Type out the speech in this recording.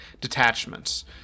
detachments